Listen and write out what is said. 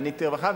רווחה,